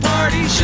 Party